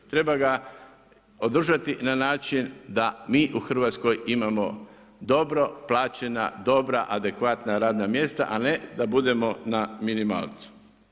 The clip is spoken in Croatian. Treba ga održati na način da mi u RH imamo dobro plaćena, dobra, adekvatna radna mjesta, a ne da budemo na minimalcu.